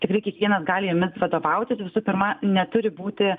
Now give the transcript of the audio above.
tikrai kiekvienas gali jomis vadovautis visų pirma neturi būti